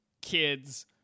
kids